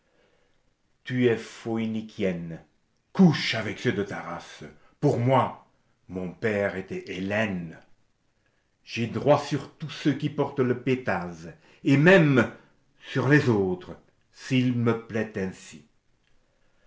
tu es phoïnikienne couche avec ceux de ta race pour moi mon père était hellène j'ai droit sur tous ceux qui portent le pétase et même sur les autres s'il me plaît ainsi